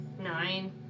Nine